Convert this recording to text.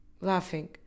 laughing